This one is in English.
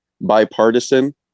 bipartisan